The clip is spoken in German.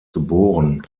geboren